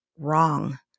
wrong